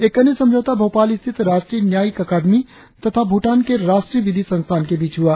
एक अन्य समझौता भोपाल स्थित राष्ट्रीय न्यायिक अकादमी तथा भूटान के राष्ट्रीय विधि संस्थान के बीच हुआ